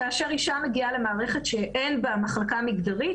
כאשר אישה מגיעה למערכת שאין בה מחלקה מגדרית,